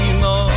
no